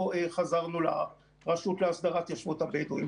חזרנו לרשות להסדרת התיישבות הבדואים.